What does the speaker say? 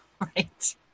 right